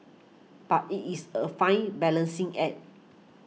but it is a fine balancing act